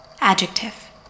Adjective